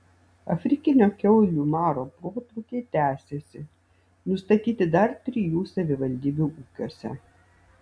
afrikinio kiaulių maro protrūkiai tęsiasi nustatyti dar trijų savivaldybių ūkiuose